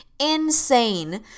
insane